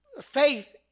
Faith